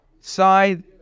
side